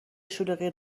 شلوغی